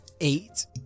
eight